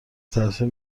تاثیر